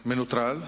מנוטרל,